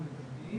הבנתי.